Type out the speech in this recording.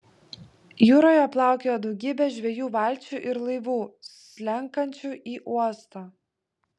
jūroje plaukiojo daugybė žvejų valčių ir laivų slenkančių į uostą